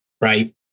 right